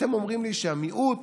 אתם אומרים לי שהמיעוט